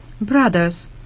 Brothers